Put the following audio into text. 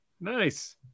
Nice